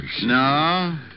no